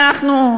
אנחנו,